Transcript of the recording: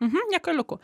mhm niekaliukų